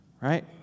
right